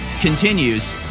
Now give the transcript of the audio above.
continues